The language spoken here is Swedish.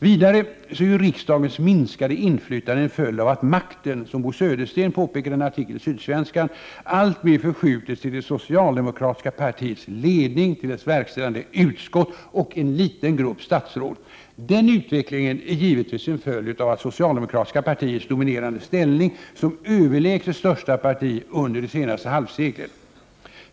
Vidare är riksdagens minskade inflytande en följd av att makten, som Bo Södersten påpekat i en artikel i Sydsvenskan, alltmer förskjutits till det socialdemokratiska partiets ledning, dess verkställande utskott och en liten gruppstatsråd. Den utvecklingen är givetvis en följd av det socialdemokratiska partiets dominerande ställning som överlägset största parti under det senaste halvseklet.